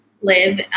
live